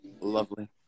Lovely